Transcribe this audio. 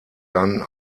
dann